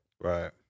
Right